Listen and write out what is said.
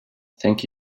thank